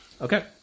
Okay